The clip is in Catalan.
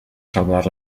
salvar